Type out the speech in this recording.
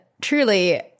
truly